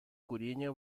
курения